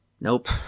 Nope